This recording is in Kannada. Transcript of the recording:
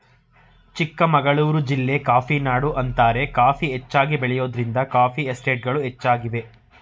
ಚಿಕ್ಕಮಗಳೂರು ಜಿಲ್ಲೆ ಕಾಫಿನಾಡು ಅಂತಾರೆ ಕಾಫಿ ಹೆಚ್ಚಾಗಿ ಬೆಳೆಯೋದ್ರಿಂದ ಕಾಫಿ ಎಸ್ಟೇಟ್ಗಳು ಹೆಚ್ಚಾಗಿವೆ